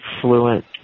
fluent